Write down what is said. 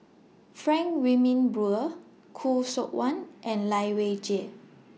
Frank Wilmin Brewer Khoo Seok Wan and Lai Weijie